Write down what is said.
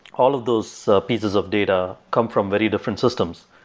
all of those pieces of data come from very different systems.